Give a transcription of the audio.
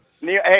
Hey